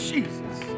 Jesus